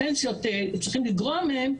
הזה שצריך לגרוע מהן,